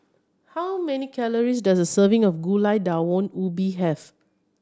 how many calories does a serving of Gulai Daun Ubi have